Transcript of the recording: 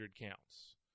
counts